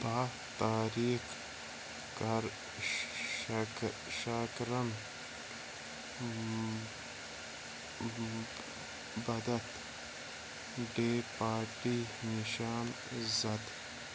بہہ تاریٖخ کَر شاکرَن بدتھ ڈے پارٹی نِشان زد